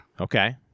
Okay